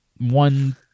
One